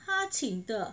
他请的